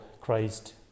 Christ